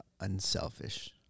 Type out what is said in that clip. unselfish